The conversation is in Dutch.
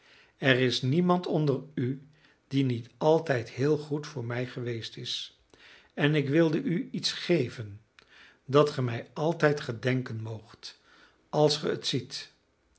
er is niemand onder u die niet altijd heel goed voor mij geweest is en ik wilde u iets geven dat ge mij altijd gedenken moogt als ge het ziet